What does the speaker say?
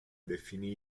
definì